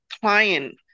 client